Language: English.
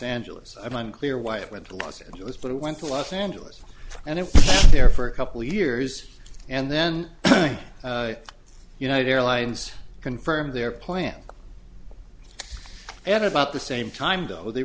angeles i'm unclear why it went to los angeles but it went to los angeles and it's there for a couple years and then united airlines confirmed their plan at about the same time though they